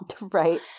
right